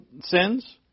sins